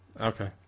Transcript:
Okay